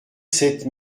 sept